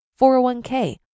401k